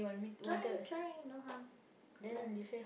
try try no harm try